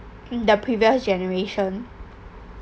the previous generation